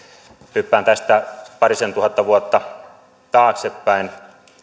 hyppään tästä parisentuhatta vuotta taaksepäin